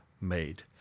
made